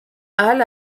halle